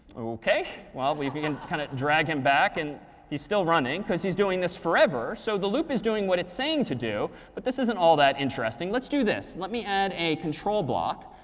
ok. well we can kind of drag him back, and he's still running because he's doing this forever. so the loop is doing what it's saying to do, but this isn't all that interesting. let's do this. let me add a control block,